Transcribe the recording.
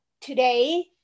Today